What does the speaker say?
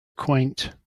quaint